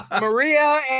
Maria